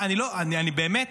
אני באמת